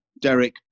Derek